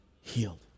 healed